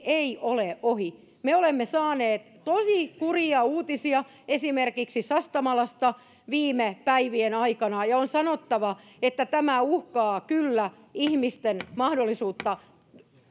ei ole ohi me olemme saaneet tosi kurjia uutisia esimerkiksi sastamalasta viime päivien aikana ja on sanottava että tämä uhkaa kyllä ihmisten mahdollisuutta